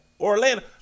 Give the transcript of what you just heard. Orlando